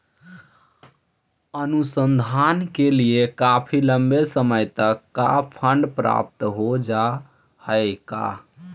अनुसंधान के लिए काफी लंबे समय तक का फंड प्राप्त हो जा हई का